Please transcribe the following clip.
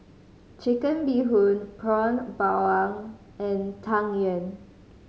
Chicken Bee Hoon Prata Bawang and Tang Yuen